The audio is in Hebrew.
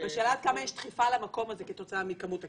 --- בשאלה עד כמה יש דחיפה למקום הזה כתוצאה מכמות הכסף,